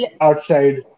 outside